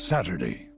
Saturday